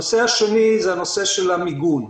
הנושא השני הוא הנושא של המיגון.